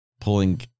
pulling